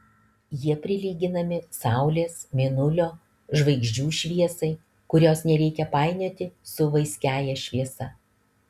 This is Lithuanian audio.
jie prilyginami saulės mėnulio žvaigždžių šviesai kurios nereikia painioti su vaiskiąja šviesa